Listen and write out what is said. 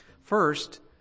First